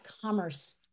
commerce